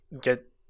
get